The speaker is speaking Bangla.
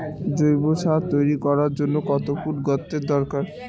জৈব সার তৈরি করার জন্য কত ফুট গর্তের দরকার?